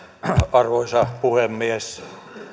arvoisa puhemies